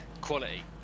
quality